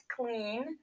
clean